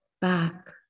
back